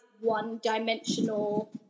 one-dimensional